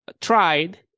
tried